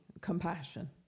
compassion